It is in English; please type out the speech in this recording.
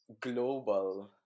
global